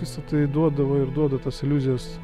visa tai duodavo ir duoda tas iliuzijas